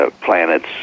planets